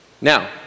Now